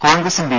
കോൺഗ്രസും ബി